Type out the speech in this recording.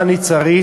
למה אני צריך